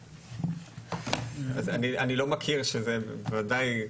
אני לא מכיר שזה בוודאי,